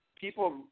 people